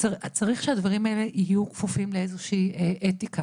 צריך שהדברים האלה יהיו כפופים לאיזושהי אתיקה